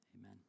Amen